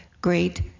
great